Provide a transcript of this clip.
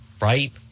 Right